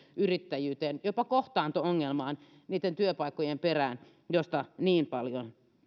yrittäjyyteen jopa kohtaanto ongelmaan niitten työpaikkojen osalta mistä niin paljon